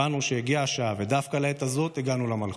הבנו שהגיעה השעה, ודווקא לעת הזאת הגענו למלכות.